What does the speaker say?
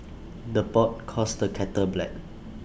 the pot calls the kettle black